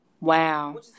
Wow